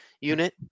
unit